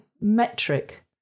metric